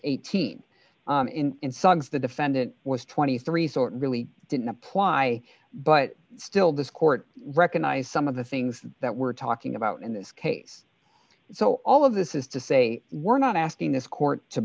eighteen and suggs the defendant was twenty three sort really didn't apply but still this court recognized some of the things that we're talking about in this case so all of this is to say we're not asking this court to